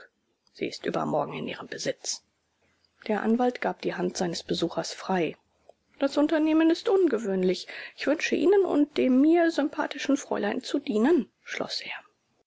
sie ist übermorgen in ihrem besitz der anwalt gab die hand seines besuchers frei das unternehmen ist ungewöhnlich ich wünsche ihnen und dem mir sympathischen fräulein zu dienen schloß er